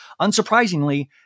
Unsurprisingly